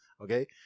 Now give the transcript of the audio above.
okay